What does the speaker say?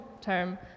term